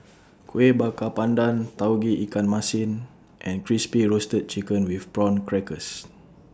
Kueh Bakar Pandan Tauge Ikan Masin and Crispy Roasted Chicken with Prawn Crackers